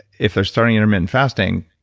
if they're starting intermittent fasting,